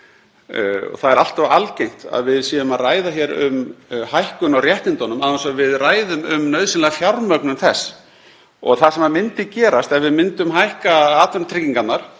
Það er allt of algengt að við séum að ræða hér um hækkun á réttindum án þess að við ræðum um nauðsynlega fjármögnun þess. Það sem myndi gerast ef við myndum hækka atvinnutryggingar